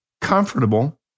comfortable